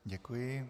Děkuji.